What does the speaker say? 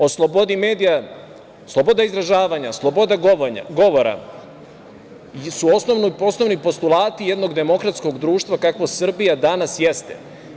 O slobodi medija, sloboda izražava, sloboda govora su osnovni postulati jednog demokratskog društva kakvo Srbija dana jeste.